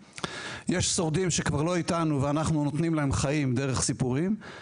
יש שורדים שכבר לא איתנו ואנחנו נותנים להם חיים דרך סיפורים.